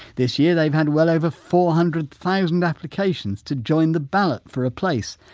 this year they've had well over four hundred thousand applications to join the ballot for a place.